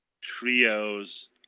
trios